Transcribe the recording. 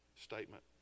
statement